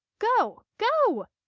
go! go!